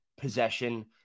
possession